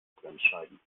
bremsscheiben